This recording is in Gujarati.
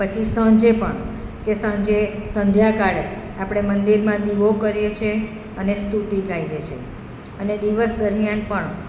પછી સાંજે પણ કે સાંજે સંધ્યાકાળે આપણે મંદિરમાં દીવો કરીએ છીએ અને સ્તુતિ ગાઈએ છીએ અને દિવસ દરમિયાન પણ